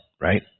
Right